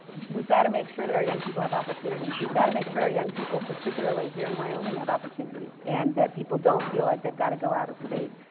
we've got to make sure that our young people have opportunities. we've got to make sure our young people, particularly here in wyoming, have opportunities, and that people don't feel like they've got to go out of state.